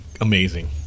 amazing